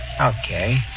Okay